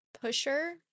pusher